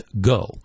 go